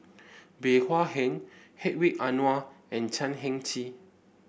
Bey Hua Heng Hedwig Anuar and Chan Heng Chee